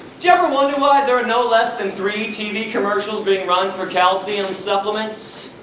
you ever wonder why there are no less than three tv commercials being run for calcium supplements.